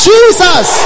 Jesus